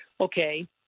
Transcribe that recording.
okay